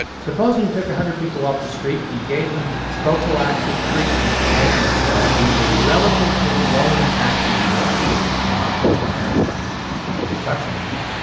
supposing you took one hundred people off the street and you gave them prophylactic treatment, a maintenance therapy with a relatively low impacting drug, this is the mono-clonal antibody or rituximab,